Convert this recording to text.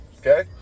okay